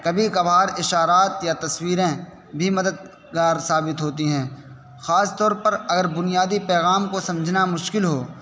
کبھی کبھار اشارات یا تصویریں بھی مددگار ثابت ہوتی ہیں خاص طور پر اگر بنیادی پیغام کو سمجھنا مشکل ہو